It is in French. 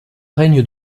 règne